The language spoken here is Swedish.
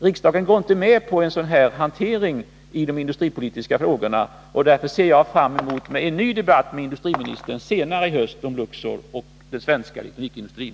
Riksdagen går inte med på en sådan hantering av de industripolitiska frågorna. Därför ser jag fram emot en ny debatt med industriministern senare i höst om Luxor och den svenska elektronikindustrin.